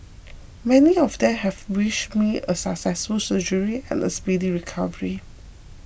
many of them have wished me a successful surgery and a speedy recovery